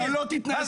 אתה לא תגיד לי